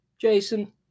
Jason